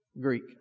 Greek